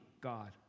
God